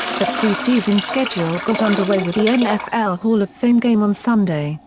the preseason schedule got underway with the nfl hall of fame game on sunday,